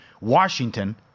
Washington